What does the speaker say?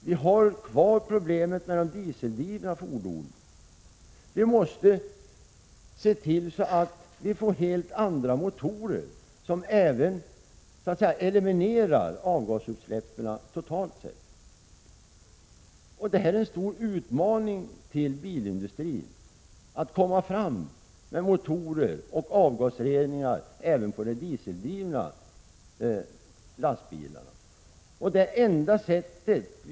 Vi har kvar problemet med de 61 dieseldrivna fordonen. Vi måste se till att få helt andra motorer som även eliminerar avgasutsläppen totalt sett. Det är en stor utmaning till bilindustrin att utveckla motorer och avgasrening även för de dieseldrivna bilarna.